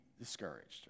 discouraged